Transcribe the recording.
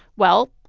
well,